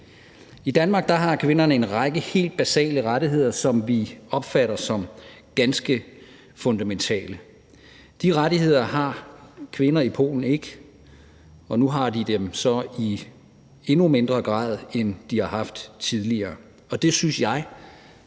I Danmark har kvinder en række helt basale rettigheder, som vi opfatter som ganske fundamentale. De rettigheder har kvinder i Polen ikke haft i samme omfang, og nu har de dem så i endnu mindre grad, end de har haft tidligere. Det synes jeg